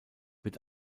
wird